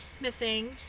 missing